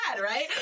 right